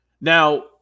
Now